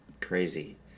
Crazy